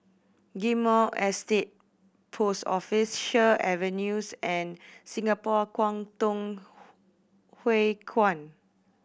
Ghim Moh Estate Post Office Sheares Avenues and Singapore Kwangtung Hui Kuan